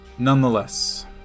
Nonetheless